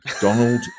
Donald